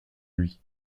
lui